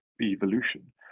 evolution